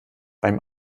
beim